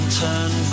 turn